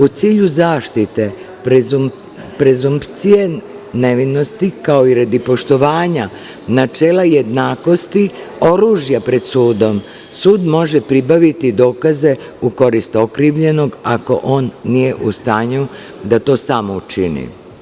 U cilju zaštite prezumcije nevinosti, kao i radi poštovanja načela jednakosti oružja pred sudom, sud može pribaviti dokaze u korist okrivljenog ako on nije u stanju da to sam učini.